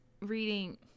reading